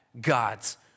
God's